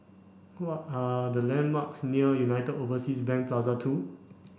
what are the landmarks near United Overseas Bank Plaza Two